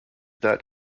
that